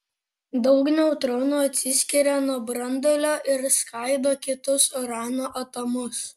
daug neutronų atsiskiria nuo branduolio ir skaido kitus urano atomus